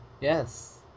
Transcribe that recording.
Yes